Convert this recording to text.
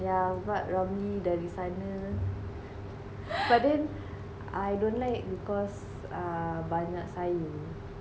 yeah but Ramly dari sana but then I don't like because err banyak sayur